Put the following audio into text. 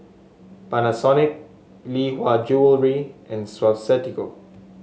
Panasonic Lee Hwa Jewellery and Suavecito